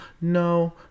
no